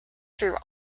through